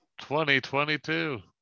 2022